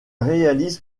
réalise